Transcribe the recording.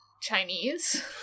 Chinese